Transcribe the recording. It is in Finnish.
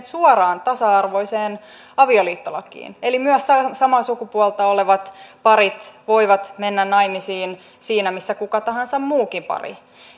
suoraan tasa arvoiseen avioliittolakiin eli myös samaa sukupuolta olevat parit voivat mennä naimisiin siinä missä kuka tahansa muukin pari